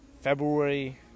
February